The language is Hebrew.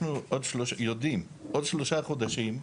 אנחנו יודעים, עוד שלושה חודשים,